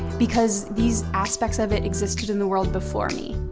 because these aspects of it existed in the world before me.